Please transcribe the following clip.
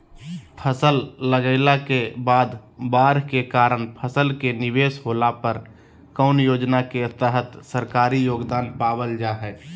फसल लगाईला के बाद बाढ़ के कारण फसल के निवेस होला पर कौन योजना के तहत सरकारी योगदान पाबल जा हय?